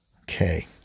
Okay